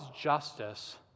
justice